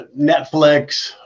Netflix